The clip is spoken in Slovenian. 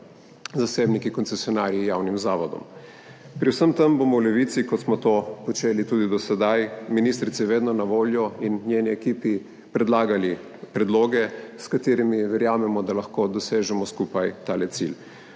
zasebniki, koncesionarji javnim zavodom. Pri vsem tem bomo v Levici, kot smo to počeli tudi do sedaj, ministrici vedno na voljo in njeni ekipi predlagali predloge s katerimi verjamemo, da lahko dosežemo skupaj ta cilj.